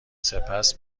سپس